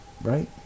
right